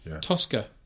Tosca